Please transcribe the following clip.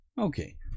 Okay